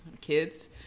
kids